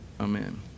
Amen